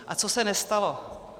A co se nestalo.